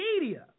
media